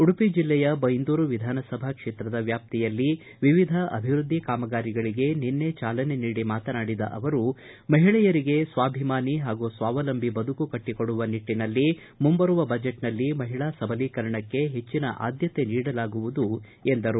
ಉಡುಪಿ ಜಿಲ್ಲೆಯ ಬೈಂದೂರು ವಿಧಾನಸಭಾ ಕ್ಷೇತ್ರದ ವ್ಯಾಪ್ತಿಯಲ್ಲಿ ವಿವಿಧ ಅಭಿವೃದ್ಧಿ ಕಾಮಗಾರಿಗಳಿಗೆ ನಿನ್ನೆ ಚಾಲನೆ ನೀಡಿ ಮಾತನಾಡಿದ ಅವರು ಮಹಿಳೆಯರಿಗೆ ಸ್ವಾಭಿಮಾನಿ ಹಾಗೂ ಸ್ವಾವಲಂಬಿ ಬದುಕು ಕಟ್ಟಕೊಡುವ ನಿಟ್ಟನಲ್ಲಿ ಮುಂಬರುವ ಬಜೆಟ್ನಲ್ಲಿ ಮಹಿಳಾ ಸಬಲೀಕರಣಕ್ಕೆ ಹೆಚ್ಚಿನ ಆದ್ದತೆ ನೀಡಲಾಗುವುದು ಎಂದರು